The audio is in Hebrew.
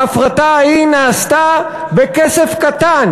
ההפרטה ההיא נעשתה בכסף קטן.